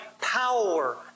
power